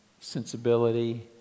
sensibility